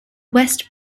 west